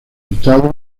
hurtado